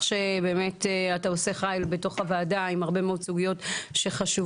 שבאמת אתה עושה חיל בתוך הוועדה עם הרבה מאוד סוגיות שחשובות.